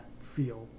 feel